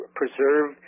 preserve